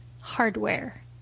Hardware